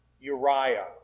Uriah